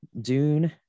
Dune